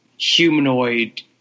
humanoid